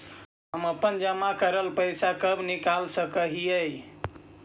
हम अपन जमा करल पैसा कब निकाल सक हिय?